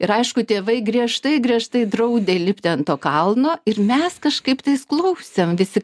ir aišku tėvai griežtai griežtai draudė lipti ant to kalno ir mes kažkaip tais klausėm visi